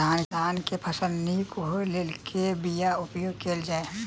धान केँ फसल निक होब लेल केँ बीया उपयोग कैल जाय?